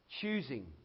choosing